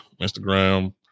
Instagram